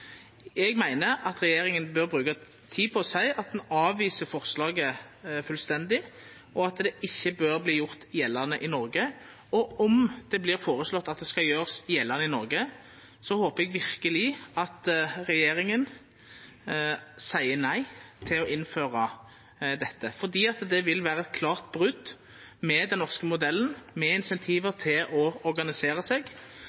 Eg meiner regjeringa bør bruka tid på å seia at ein avviser forslaget fullstendig, og at det ikkje bør verta gjort gjeldande i Noreg. Om det vert føreslege at det skal gjerast gjeldande i Noreg, håpar eg verkeleg at regjeringa seier nei til å innføra dette, for det vil vera eit klart brot med den norske modellen, med insentiva til å organisera seg.